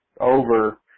over